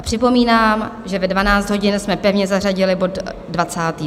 Připomínám, že ve 12 hodin jsme pevně zařadili bod 22.